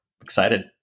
excited